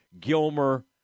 Gilmer